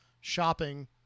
shopping